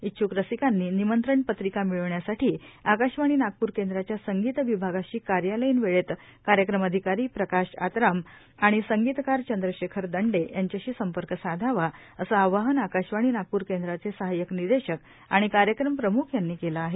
इच्छ्क रसिकांनी निमंत्रणपत्रिका मिळविण्यासाठी आकाशवाणी नागपूर केंद्राच्या संगीत विभागाशी कार्यालयीन वेळेत कार्यक्रम अधिकारी प्रकाश आतराम किंवा संगीतकार चंद्रशेखर दंडे यांच्याशी संपर्क साधावा असे आवाहन आकाशवाणी नागपूर केंद्राचे सहायक संचालक आणि कार्यकर्म प्रम्ख यांनी केले आहे